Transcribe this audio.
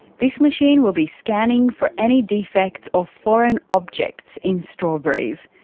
this machine will be scanning for any defects or foreign objects in strawberries,